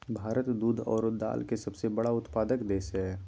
भारत दूध आरो दाल के सबसे बड़ा उत्पादक देश हइ